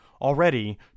Already